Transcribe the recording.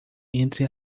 entre